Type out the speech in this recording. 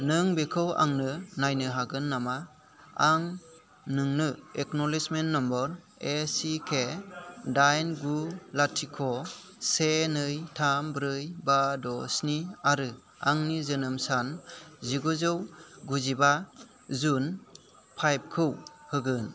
नों बेखौ आंनो नायनो हागोन नामा आं नोंनो एकनलेजमेन्ट नम्बर एसिके दाइन गु लाथिख' से नै थाम ब्रै बा द' स्नि आरो आंनि जोनोम सान जिगुजौ गुजिबा जुन फाइभ खौ होगोन